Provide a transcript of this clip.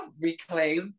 reclaimed